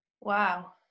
Wow